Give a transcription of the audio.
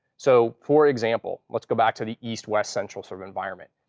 so for example, let's go back to the east, west, central sort of environment.